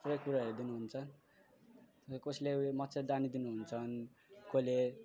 थुप्रै कुराहरू दिनु हुन्छ अनि कसैले मच्छरदानी दिनु हुन्छ कसले